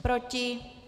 Proti?